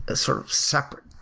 ah sort of separate,